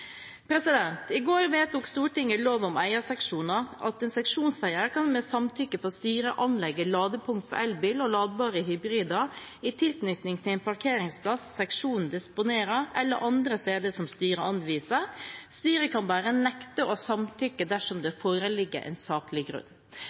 I går vedtok Stortinget i lov om eierseksjoner at en seksjonseier med samtykke fra styret kan anlegge ladepunkt for elbil og ladbare hybrider i tilknytning til en parkeringsplass seksjonen disponerer, eller andre steder som styret anviser. Styret kan nekte å samtykke bare dersom det